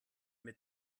mit